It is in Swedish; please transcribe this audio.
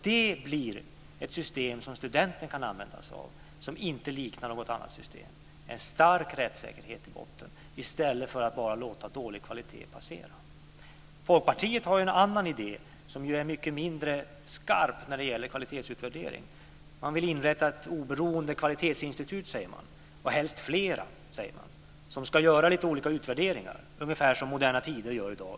Det blir ett system som studenten kan använda sig av som inte liknar något annat system, med en stark rättssäkerhet i botten i stället för att bara låta dålig kvalitet passera. Folkpartiet har ju en annan idé, som är mycket mindre skarp när det gäller kvalitetsutvärdering. Man vill inrätta ett oberoende kvalitetsinstitut - helst flera, säger man - som ska göra lite olika utvärderingar. Det är ungefär det som Moderna Tider gör i dag.